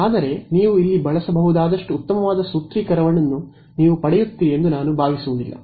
ಆದರೆ ನೀವು ಇಲ್ಲಿ ಬಳಸಬಹುದಾದಷ್ಟು ಉತ್ತಮವಾದ ಸೂತ್ರೀಕರಣವನ್ನು ನೀವು ಪಡೆಯುತ್ತೀರಿ ಎಂದು ನಾನು ಭಾವಿಸುವುದಿಲ್ಲ